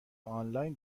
آنلاین